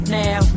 now